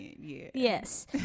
yes